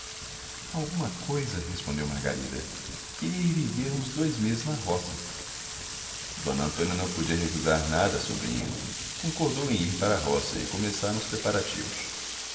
alguma coisa respondeu margarida queria ir viver uns dois meses na roça d antônia não podia recusar nada à sobrinha concordou em ir para a roça e começaram os preparativos